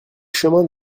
chemin